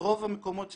ברוב המקומות שסקרנו,